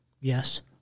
Yes